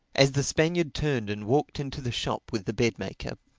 as the spaniard turned and walked into the shop with the bed-maker,